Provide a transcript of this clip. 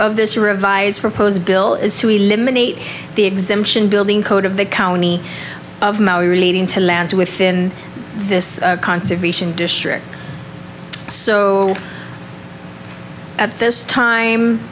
of this revised proposed bill is to eliminate the exemption building code of the county of maui relating to lands within this conservation district so at this time